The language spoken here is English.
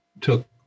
took